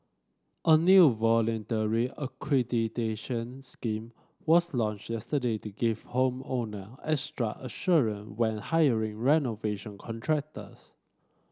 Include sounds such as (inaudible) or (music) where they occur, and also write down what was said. a new voluntary accreditation scheme was launched yesterday to give home owner extra (unintelligible) when hiring renovation contractors